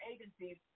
agencies